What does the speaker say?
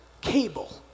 cable